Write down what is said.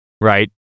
right